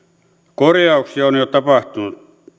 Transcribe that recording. korjauksia on jo tapahtunut